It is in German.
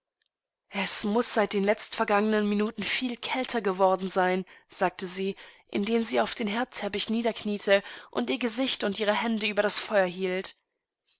es muß seit den letztvergangenen minuten viel kälter geworden sein sagte sie indem sie auf den herdteppich niederkniete und ihr gesicht und ihre hände über das feuerhielt